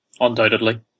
Undoubtedly